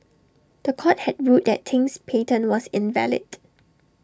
The Court had ruled that Ting's patent was invalid